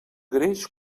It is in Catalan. greix